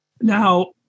Now